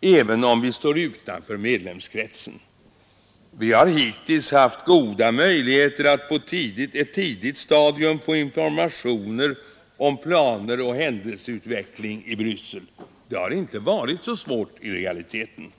även om vi står utanför medlemskretsen. Vi har hittills haft goda möjligheter att på ett tidigt stadium få informationer om planer och händelseutveckling i Bryssel. Det har inte varit så svårt i realiteten.